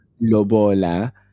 lobola